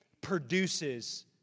produces